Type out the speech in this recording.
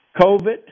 COVID